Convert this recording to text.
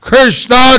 Krishna